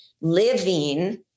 living